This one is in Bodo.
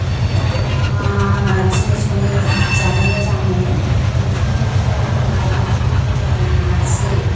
आं दा बिराद जिनिसखौनो जानो मोजां मोनो ओंख्रिफोरखौ होनोब्ला ओंख्रिफोरनि मादाव नारजि